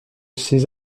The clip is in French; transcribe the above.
ces